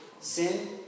Sin